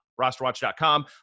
RosterWatch.com